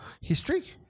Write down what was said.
history